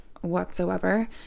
whatsoever